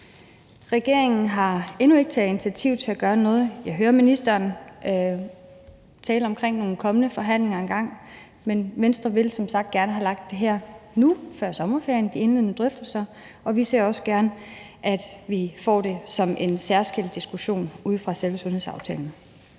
Regeringen har endnu ikke taget initiativ til at gøre noget. Jeg hører ministeren tale om nogle kommende forhandlinger engang, men Venstre vil som sagt gerne have lagt det her nu før sommerferien, altså de indledende drøftelser, og vi ser også gerne, at vi får det som en særskilt diskussion ude fra selve sundhedsaftalen.